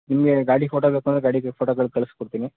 ನಿಮಗೆ ಗಾಡಿ ಫೋಟೋ ಬೇಕು ಅಂದರೆ ಗಾಡಿ ಫೋಟೋಗಳು ಕಳಿಸ್ಕೊಡ್ತೀನಿ